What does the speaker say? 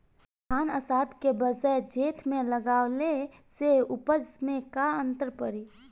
धान आषाढ़ के बजाय जेठ में लगावले से उपज में का अन्तर पड़ी?